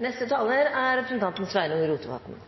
Eg skal ikkje gå inn på kven representanten